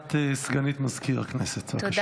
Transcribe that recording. הודעה לסגנית מזכיר הכנסת, בבקשה.